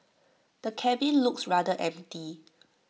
the cabin looks rather empty